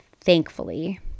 thankfully